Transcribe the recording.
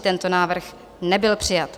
Tento návrh nebyl přijat.